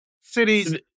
cities